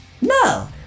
No